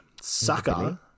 Sucker